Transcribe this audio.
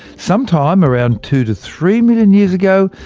sometime around two to three million years ago,